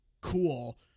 cool